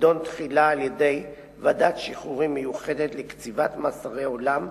להידון תחילה על-ידי ועדת שחרורים מיוחדת לקציבת מאסרי עולם,